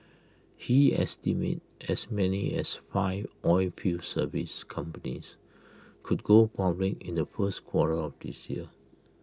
he estimate as many as five oilfield service companies could go public in the first quarter of this year